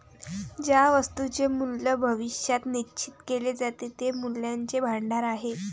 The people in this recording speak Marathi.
ज्या वस्तूंचे मूल्य भविष्यात निश्चित केले जाते ते मूल्याचे भांडार आहेत